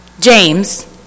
James